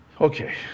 Okay